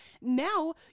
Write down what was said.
Now